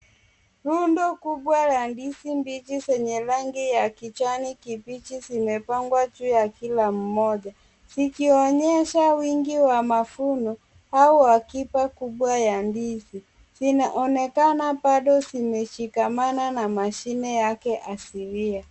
Rundo kubwa la ndizi mbichi zenye rangi ya kijani kibichi zimepangwa juu ya kila mmoja, zikionyesha wingi wa mavuno au akiba kubwa ya ndizi. Zinaonekana bado zimeshikamana na mashine yake asilia.